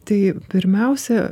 tai pirmiausia